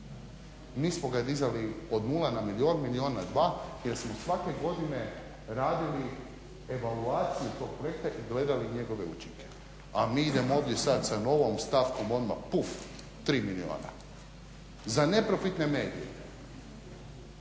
Nismo ga dizali od nula na milijun, milijun na dva jer smo svake godine radili evaluaciju tog projekta i gledali njegove učinke, a mi idemo ovdje sad sa novom stavkom odmah puf tri milijuna za neprofitne medije.